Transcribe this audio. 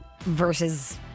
versus